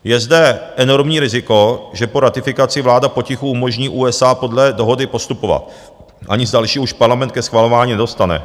Je zde enormní riziko, že po ratifikaci vláda potichu umožní USA podle dohody postupovat a nic dalšího už Parlament ke schvalování nedostane.